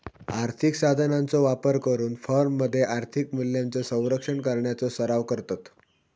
आर्थिक साधनांचो वापर करून फर्ममध्ये आर्थिक मूल्यांचो संरक्षण करण्याचो सराव करतत